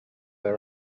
they